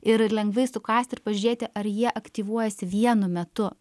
ir lengvai sukąsti ir pažiūrėti ar jie aktyvuojasi vienu metu